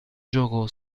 gioco